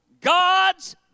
God's